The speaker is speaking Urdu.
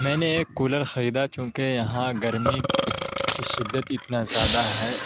میں نے ایک کولر خریدا چوںکہ یہاں گرمی کی شدت اتنا زیادہ ہے